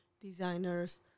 designers